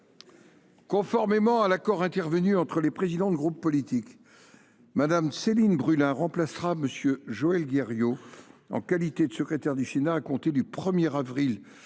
Conformément à l’accord intervenu entre les présidents de groupes politiques, Mme Céline Brulin remplacera M. Joël Guerriau en qualité de secrétaire du Sénat à compter du 1 avril